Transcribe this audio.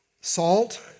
Salt